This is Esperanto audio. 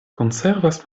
konservas